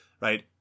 right